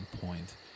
point